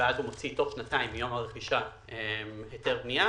הוא מוציא תוך שנתיים מיום הרכישה היתר בנייה,